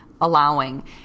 allowing